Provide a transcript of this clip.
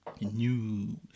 News